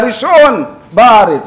הראשון בארץ,